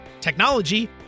technology